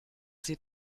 sie